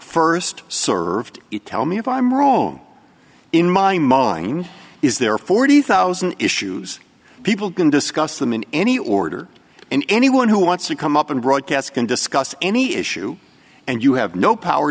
first served you tell me if i'm wrong in mine mine is there forty thousand issues people going discuss them in any order and anyone who wants to come up and broadcast can discuss any issue and you have no power